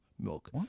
Milk